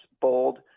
bold